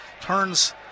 turns